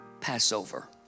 Passover